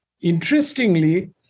interestingly